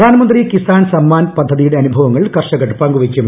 പ്രധാനമന്ത്രി കിസാൻ സമ്മാൻ പദ്ധതിയുടെ അനുഭവങ്ങൾ കർഷകർ പ്പിക്കുവെയ്ക്കും